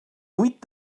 huit